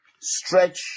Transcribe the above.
stretch